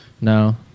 No